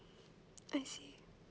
I see